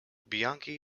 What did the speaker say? bianchi